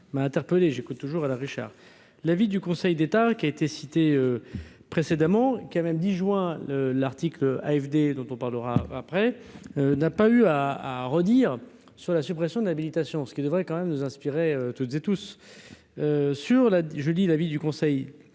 l'avis du Conseil d'État qui a été cité précédemment, qui a même dit joint le l'article AFD dont on parlera après, n'a pas eu à à redire sur la suppression de habilitation, ce qui devrait quand même nous inspirer toutes et tous